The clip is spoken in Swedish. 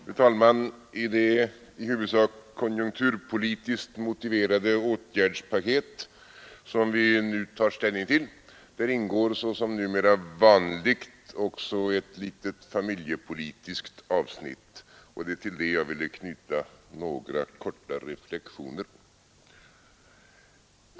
Fru talman! I det i huvudsak konjunkturpolitiskt motiverade åtgärdspaket som vi nu tar ställning till ingår, såsom numera är vanligt, ett litet familjepolitiskt avsnitt. Det är till det jag kort vill knyta några reflexioner.